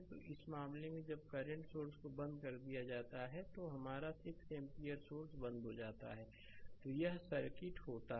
तो इस मामले में जब करंट सोर्स को बंद कर दिया जाता है कि हमारा 6 एम्पीयर सोर्स बंद हो जाता है तो यह सर्किट होता है